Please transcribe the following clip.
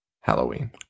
Halloween